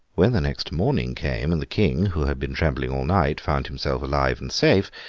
when the next morning came, and the king, who had been trembling all night, found himself alive and safe,